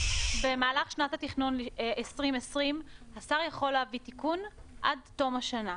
במהלך שנת התכנון 2020 השר יכול להביא תיקון עד תום השנה.